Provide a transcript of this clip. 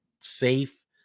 safe